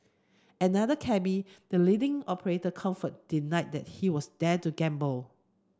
another cabby the leading operator comfort denied that he was there to gamble